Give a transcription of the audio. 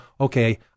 okay